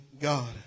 God